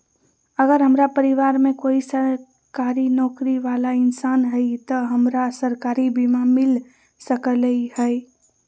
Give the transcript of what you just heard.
अगर हमरा परिवार में कोई सरकारी नौकरी बाला इंसान हई त हमरा सरकारी बीमा मिल सकलई ह?